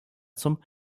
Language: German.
zum